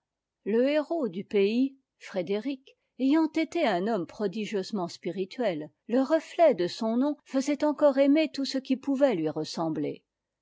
le héros du pays frédéric ayant été un homme prodigieusement spirituel le reflet de son nom faisait encore aimer tout ce qui pouvait lui ressembler